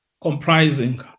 comprising